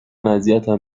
اذیتم